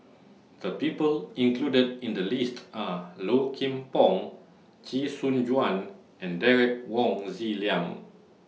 The People included in The list Are Low Kim Pong Chee Soon Juan and Derek Wong Zi Liang